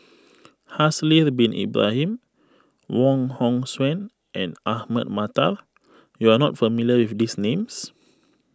Haslir Bin Ibrahim Wong Hong Suen and Ahmad Mattar you are not familiar with these names